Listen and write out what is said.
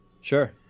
Sure